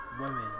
women